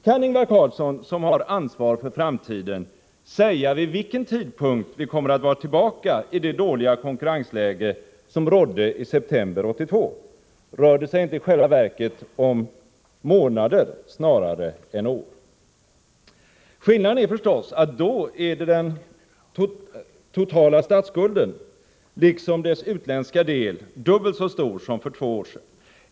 Kan Ingvar Carlsson, som har ansvar för framtiden, säga vid vilken tidpunkt vi är tillbaka i det dåliga konkurrensläge som rådde i september 1982? Rör det sig inte i själva verket om månader snarare än år? Skillnaden är förstås att den totala statsskulden liksom dess utländska del kommer att vara dubbelt så stor som för två år sedan.